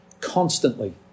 Constantly